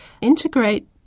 integrate